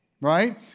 Right